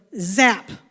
zap